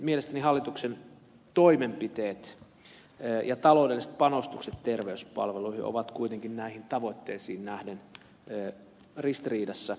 mielestäni hallituksen toimenpiteet ja taloudelliset panostukset terveyspalveluihin ovat kuitenkin näihin tavoitteisiin nähden ristiriidassa